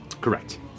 Correct